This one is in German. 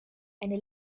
eine